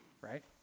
right